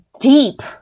deep